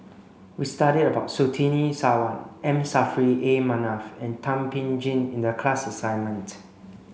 we studied about Surtini Sarwan M Saffri A Manaf and Thum Ping Tjin in the class assignment